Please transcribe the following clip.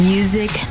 Music